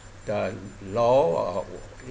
the law